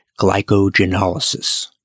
glycogenolysis